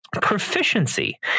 proficiency